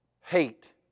hate